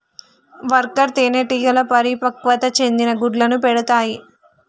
worker తేనెటీగలు పరిపక్వత చెందని గుడ్లను పెడతాయి